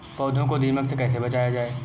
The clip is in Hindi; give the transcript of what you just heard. पौधों को दीमक से कैसे बचाया जाय?